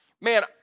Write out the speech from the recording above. man